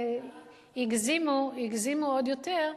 שהגזימו עוד יותר,